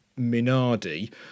Minardi